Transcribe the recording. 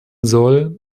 soll